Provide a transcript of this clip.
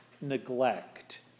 neglect